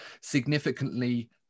significantly